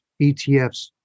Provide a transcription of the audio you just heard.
ETFs